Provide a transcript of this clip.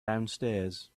downstairs